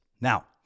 Now